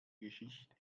geschichte